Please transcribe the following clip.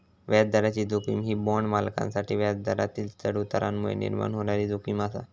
व्याजदराची जोखीम ही बाँड मालकांसाठी व्याजदरातील चढउतारांमुळे निर्माण होणारी जोखीम आसा